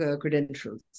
credentials